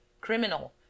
criminal